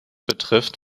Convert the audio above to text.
betrifft